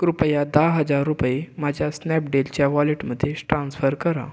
कृपया दहा हजार रुपये माझ्या स्नॅपडीलच्या वॉलेटमध्ये ट्रान्स्फर करा